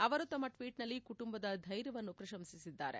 ಅವರು ತಮ್ಮ ಟ್ವೀಟ್ನಲ್ಲಿ ಕುಟುಂಬದ ಧ್ವೈರ್ಯವನ್ನು ಪ್ರಶಂಸಿಸಿದ್ದಾರೆ